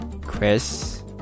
Chris